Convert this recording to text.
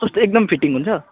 कस्तो एकदम फिटिङ हुन्छ